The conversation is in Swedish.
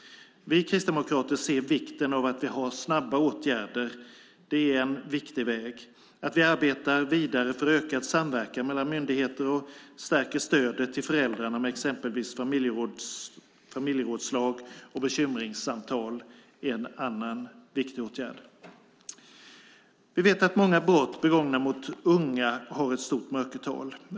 Vi kristdemokrater ser vikten av att ha snabba åtgärder; det är en viktig väg. Att arbeta vidare för ökad samverkan mellan myndigheter och stärka stödet till föräldrar genom exempelvis familjerådslag och bekymringssamtal är en annan viktig åtgärd. Vi vet att brott begångna mot unga har ett stort mörkertal.